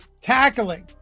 Tackling